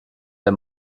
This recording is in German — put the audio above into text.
der